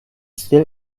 still